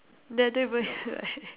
then I don't even have like